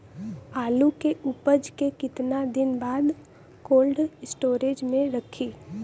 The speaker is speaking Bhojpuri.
आलू के उपज के कितना दिन बाद कोल्ड स्टोरेज मे रखी?